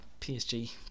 PSG